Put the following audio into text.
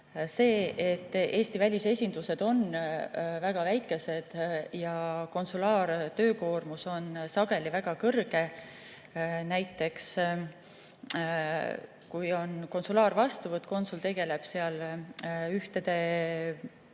see, et Eesti välisesindused on väga väikesed ja konsulaartöökoormus on sageli väga suur. Näiteks, kui on konsulaarvastuvõtt, konsul tegeleb klientidega,